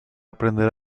aprender